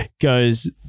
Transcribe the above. goes